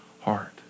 heart